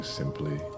simply